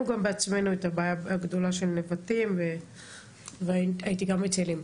גם בעצמנו את הבעיה הגדולה של נבטים והייתי גם בצאלים.